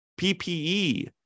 PPE